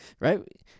Right